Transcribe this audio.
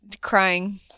crying